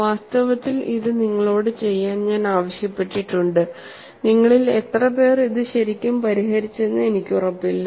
വാസ്തവത്തിൽ ഇത് നിങ്ങളോട് ചെയ്യാൻ ഞാൻ ആവശ്യപ്പെട്ടിട്ടുണ്ട് നിങ്ങളിൽ എത്രപേർ ഇത് ശരിക്കും പരിഹരിച്ചെന്ന് എനിക്ക് ഉറപ്പില്ല